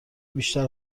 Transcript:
بیشتر